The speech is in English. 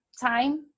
time